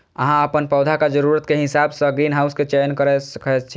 अहां अपन पौधाक जरूरत के हिसाब सं ग्रीनहाउस के चयन कैर सकै छी